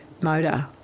motor